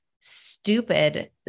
stupid